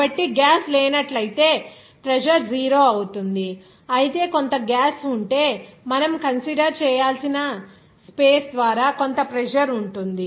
కాబట్టి గ్యాస్ లేనట్లయితే ప్రెజర్ 0 అవుతుంది అయితే కొంత గ్యాస్ ఉంటే మనము కన్సిడర్ చేయాల్సిన స్పేస్ ద్వారా కొంత ప్రెజర్ ఉంటుంది